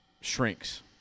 shrinks